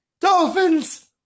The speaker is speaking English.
Dolphins